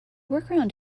workaround